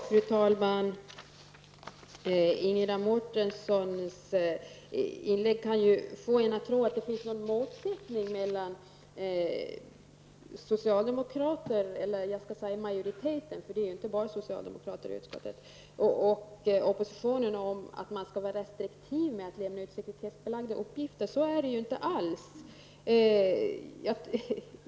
Fru talman! Ingela Mårtenssons inlägg kan få en att tro att det finns någon motsättning mellan majoriteten -- det är inte bara socialdemokrater som bildar majoriteten i utskottet -- och oppositionen om att man skall vara restriktiv med att lämna ut sekretessbelagda uppgifter. Så är det ju inte alls.